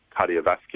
cardiovascular